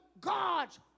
God's